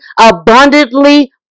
abundantly